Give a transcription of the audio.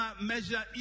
measure